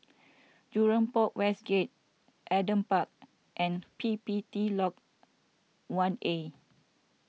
Jurong Port West Gate Adam Park and P P T Lodge one A